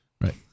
Right